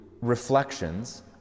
reflections